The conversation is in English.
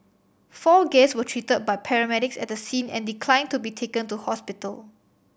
four guest were treated by paramedics at the scene and declined to be taken to hospital